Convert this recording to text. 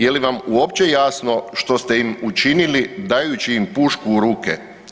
Je li vam uopće jasno što ste im učinili dajući im pušku u ruke.